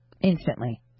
instantly